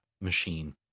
machine